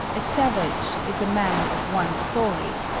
a savage is a man of one story,